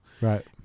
Right